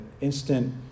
instant